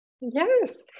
Yes